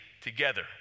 together